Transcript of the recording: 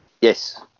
Yes